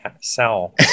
sell